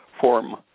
form